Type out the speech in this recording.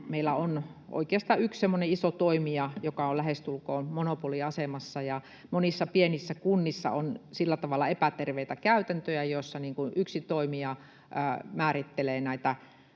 meillä on oikeastaan yksi semmoinen iso toimija, joka on lähestulkoon monopoliasemassa, ja monissa pienissä kunnissa on sillä tavalla epäterveitä käytäntöjä, joissa yksi toimija määrittelee,